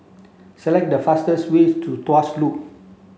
select the fastest way to Tuas Loop